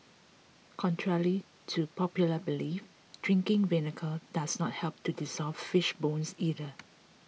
contrary to popular belief drinking vinegar does not help to dissolve fish bones either